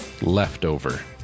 leftover